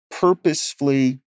purposefully